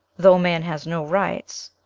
though man has no rights,